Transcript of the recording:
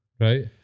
Right